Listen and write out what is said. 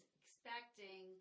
expecting